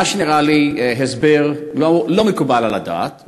מה שנראה לי הסבר לא מתקבל על הדעת,